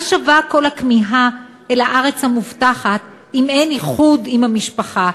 מה שווה כל הכמיהה אל הארץ המובטחת אם אין איחוד עם המשפחה?